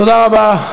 תודה רבה.